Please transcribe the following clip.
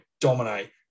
dominate